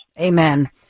Amen